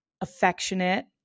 affectionate